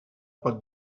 pot